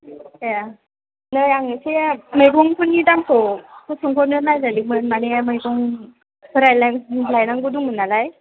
ए नै आं एसे मैगंफोरनि दामखौ सोंहरनो नागिरदोंमोन माने मैगंफोरालाय लायनांगौ दंमोन नालाय